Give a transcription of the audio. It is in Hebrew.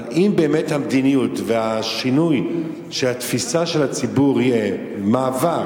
אבל אם באמת המדיניות והשינוי של התפיסה של הציבור יהיו מעבר